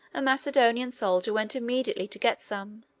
a macedonian soldier went immediately to get some.